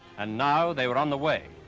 and now they were on the way.